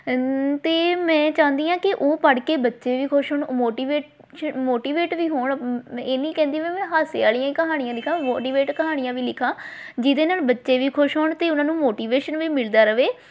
ਅਤੇ ਮੈਂ ਚਾਹੁੰਦੀ ਹਾਂ ਕਿ ਉਹ ਪੜ੍ਹ ਕੇ ਬੱਚੇ ਵੀ ਖੁਸ਼ ਹੋਣ ਮੋਟੀਵੇਟ ਮੋਟੀਵੇਟ ਵੀ ਹੋਣ ਇਹ ਨਹੀਂ ਕਹਿੰਦੀ ਹਾਸੇ ਵਾਲੀਆਂ ਕਹਾਣੀਆਂ ਲਿਖਾਂ ਮੋਟੀਵੇਟ ਕਹਾਣੀਆਂ ਵੀ ਲਿਖਾਂ ਜਿਹਦੇ ਨਾਲ ਬੱਚੇ ਵੀ ਖੁਸ਼ ਹੋਣ ਅਤੇ ਉਹਨਾਂ ਨੂੰ ਮੋਟੀਵੇਸ਼ਨ ਵੀ ਮਿਲਦਾ ਰਹੇ